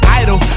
idol